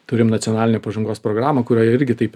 turim nacionalinę pažangos programą kurioje irgi taip